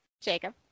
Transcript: Jacob